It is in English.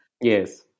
Yes